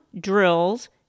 drills